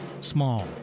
small